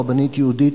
הרבנית יהודית,